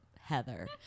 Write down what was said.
heather